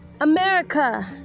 America